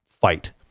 fight